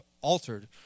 altered